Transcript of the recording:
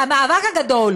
המאבק הגדול